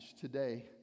today